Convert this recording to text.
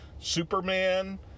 Superman